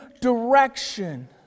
direction